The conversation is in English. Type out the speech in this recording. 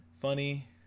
funny